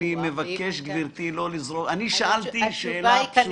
אני שאלתי שאלה פשוטה.